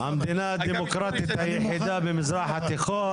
המדינה הדמוקרטית היחדה במזרח התיכון,